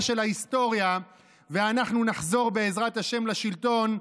של ההיסטוריה ואנחנו נחזור בעזרת השם לשלטון,